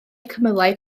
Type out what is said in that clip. cymylau